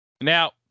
now